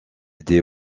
des